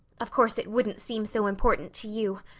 of course it wouldn't seem so important to you.